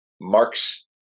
Marx